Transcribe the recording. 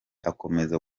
akomeza